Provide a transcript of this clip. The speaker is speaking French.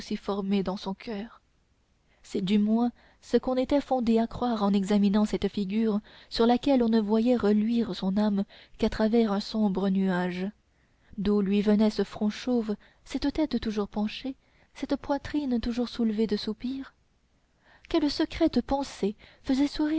formé dans son coeur c'est du moins ce qu'on était fondé à croire en examinant cette figure sur laquelle on ne voyait reluire son âme qu'à travers un sombre nuage d'où lui venait ce front chauve cette tête toujours penchée cette poitrine toujours soulevée de soupirs quelle secrète pensée faisait sourire